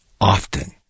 often